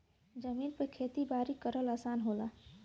जमीन पे खेती बारी करल आसान होला